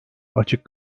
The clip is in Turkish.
açık